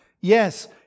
Yes